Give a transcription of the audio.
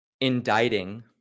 indicting